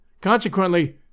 Consequently